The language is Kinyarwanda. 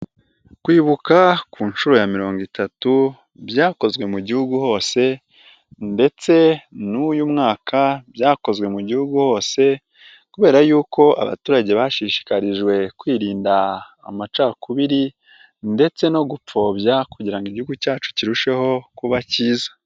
Kwibuka ku nshuro ya mirongo itatu byakozwe mu gihugu hose ndetse n'uyu mwaka byakozwe mu gihugu hose kubera y'uko abaturage bashishikarijwe kwirinda amacakubiri ndetse no gupfobya kugira ngo igihugu cyacu kirusheho kuba cyiza.